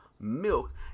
Milk